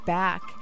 back